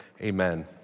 Amen